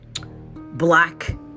Black